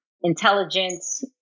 intelligence